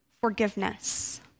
forgiveness